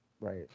right